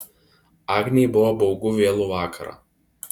agnei buvo baugu vėlų vakarą